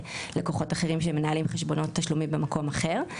ללקוחות אחרים שמנהלים חשבונות תשלומים במקום אחר.